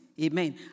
amen